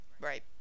right